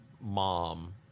mom